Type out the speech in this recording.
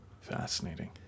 Fascinating